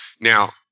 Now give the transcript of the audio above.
Now